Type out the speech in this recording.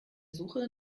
suche